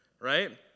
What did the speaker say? right